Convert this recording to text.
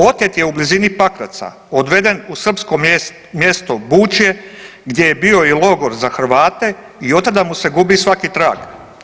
Otet je u blizini Pakraca, odveden u srpsko mjesto Bučje gdje je bio i logor za Hrvate i od tada mu se gubi svaki trag.